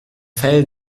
fell